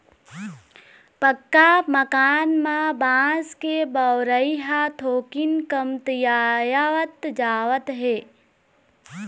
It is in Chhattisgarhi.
पक्का मकान म बांस के बउरई ह थोकिन कमतीयावत जावत हे